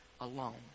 alone